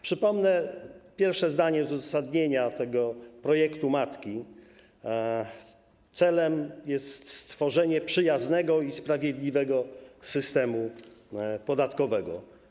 Przypomnę pierwsze zdanie z uzasadnienia tego projektu matki: Celem jest stworzenie przyjaznego i sprawiedliwego systemu podatkowego.